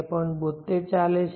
65 272 ચાલે છે